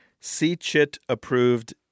CCHIT-approved